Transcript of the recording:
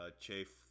chafe